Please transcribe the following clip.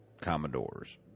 Commodores